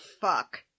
fuck